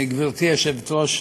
גברתי היושבת-ראש,